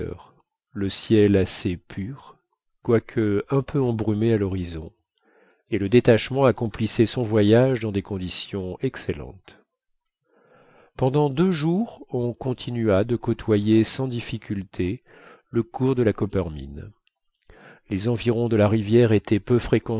le ciel assez pur quoique un peu embrumé à l'horizon et le détachement accomplissait son voyage dans des conditions excellentes pendant deux jours on continua de côtoyer sans difficulté le cours de la coppermine les environs de la rivière étaient peu fréquentés